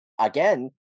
again